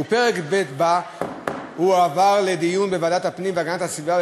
ופרק ב' הועבר לדיון בוועדת הפנים והגנת הסביבה.